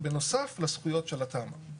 בנוסף לזכויות של התמ"א.